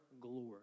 glory